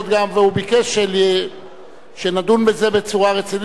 והוא ביקש שנדון בזה בצורה רצינית ביותר,